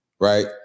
Right